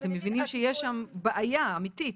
אתם מבינים שיש שם בעיה אמיתית.